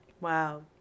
Wow